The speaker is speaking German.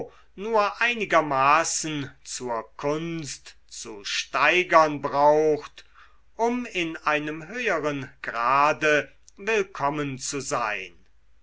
nur einigermaßen zur kunst zu steigern braucht um in einem höheren grade willkommen zu sein